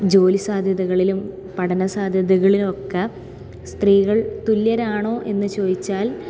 ജോലി സാധ്യതകളിലും പഠനസാധ്യതകളിലുമൊക്കെ സ്ത്രീകൾ തുല്യരാണോ എന്ന് ചോദിച്ചാൽ